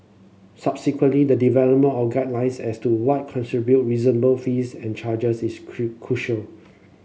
subsequently the development of guidelines as to what reasonable fees and charges is crucial